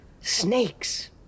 Snakes